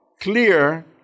clear